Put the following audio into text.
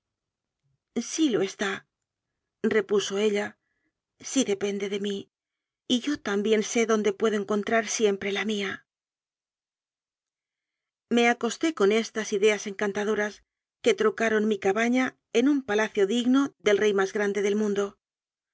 sí lo estárepuso ella si depende de mí y yo también sé dónde puedo encontrar siempre la mía me acosté con estas ideas encantadoras que tro manon carón mi cabana en un palacio digno del rey más grande del mundo